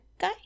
guy